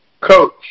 Coach